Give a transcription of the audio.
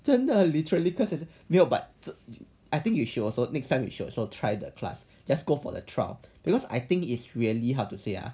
真的 literally cause 没有 but I think you should also make should also try the class just go for the trial because I think it's really how to say ah